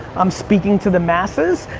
i'm speaking to the masses.